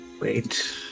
wait